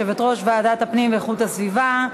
יושבת-ראש ועדת הפנים והגנת הסביבה.